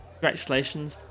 congratulations